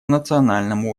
национальном